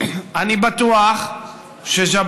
אני בטוח שז'בוטינסקי,